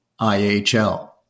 ihl